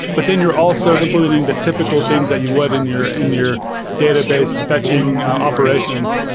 but then you're also implementing the typical things that you would in your in your database fetching operations.